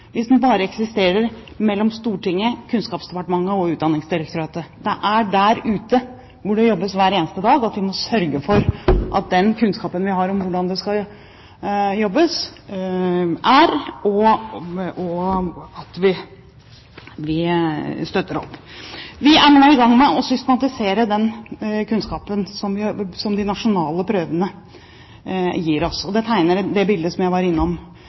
En reform er ikke en reform hvis den bare eksisterer mellom Stortinget, Kunnskapsdepartementet og Utdanningsdirektoratet. Vi må sørge for at vår kunnskap om hvordan det skal jobbes, er der ute, hvor det jobbes hver eneste dag, og vi må støtte opp. Vi er nå i gang med å systematisere den kunnskapen som de nasjonale prøvene gir oss. Det tegner det bildet som jeg var innom